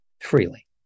freely